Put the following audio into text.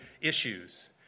issues